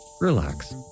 relax